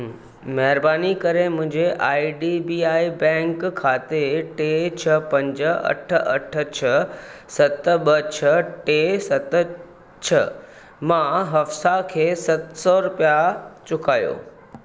महिरबानी करे मुंहिंजे I D B I bank खाते टे छह पंज अठ अठ छह सत ॿ छह टे सत छह मां हफ्साह खे सत सौ रुपिया चुकायो